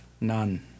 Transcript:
none